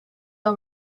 all